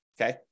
okay